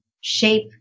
shape